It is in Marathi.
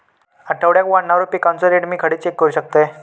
आठवड्याक वाढणारो पिकांचो रेट मी खडे चेक करू शकतय?